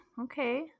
Okay